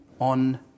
on